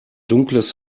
dunkles